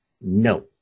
No